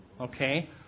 Okay